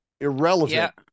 Irrelevant